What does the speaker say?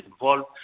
involved